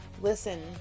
Listen